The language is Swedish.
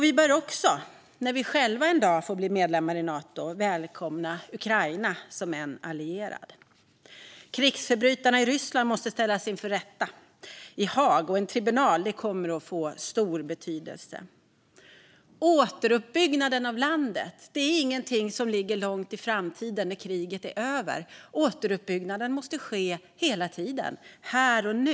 Vi bör också när vi själva en dag får bli medlemmar i Nato välkomna Ukraina som en allierad. Krigsförbrytarna i Ryssland måste ställas inför rätta i Haag. En tribunal kommer att få stor betydelse. Återuppbyggnaden av landet är inget som ligger långt i framtiden, när kriget är över. Återuppbyggnaden måste ske hela tiden, här och nu.